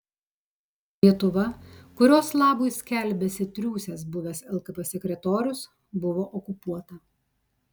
lietuva kurios labui skelbiasi triūsęs buvęs lkp sekretorius buvo okupuota